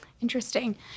Interesting